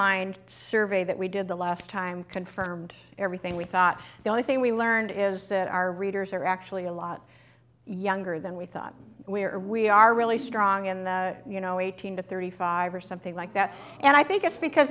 line survey that we did the last time confirmed everything we thought the only thing we learned is that our readers are actually a lot younger than we thought we are we are really strong and you know eighteen to thirty five or something like that and i think it's because